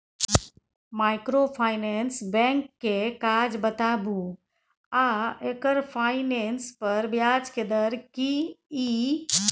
Microfinance bank के काज बताबू आ एकर फाइनेंस पर ब्याज के दर की इ?